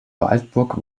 waldburg